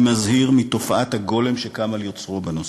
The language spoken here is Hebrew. אני מזהיר מתופעת הגולם שקם על יוצרו בנושא.